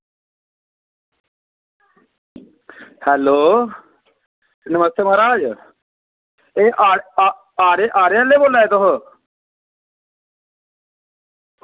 hello नमस्ते महाराज एह् आरे आह्ले बोला दे तुस